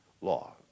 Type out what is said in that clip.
law